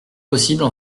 possibles